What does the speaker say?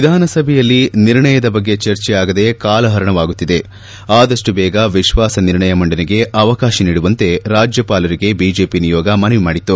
ವಿಧಾನಸಭೆಯಲ್ಲಿ ನಿರ್ಣಯದ ಬಗ್ಗೆ ಚರ್ಚೆಯಾಗದೇ ಕಾಲಹರಣವಾಗುತ್ತಿದೆ ಅದಷ್ಟು ಬೇಗ ವಿಶ್ವಾಸ ನಿರ್ಣಯ ಮಂಡನೆಗೆ ಅವಕಾಶ ನೀಡುವಂತೆ ರಾಜ್ಯಪಾಲರಿಗೆ ಬಿಜೆಪಿ ನಿಯೋಗ ಮನವಿ ಮಾಡಿತು